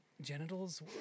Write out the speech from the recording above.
Genitals